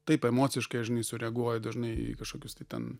taip emociškai sureaguoju dažnai į kažkokius tai ten